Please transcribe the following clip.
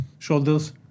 Shoulders